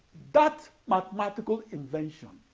that mathematical invention,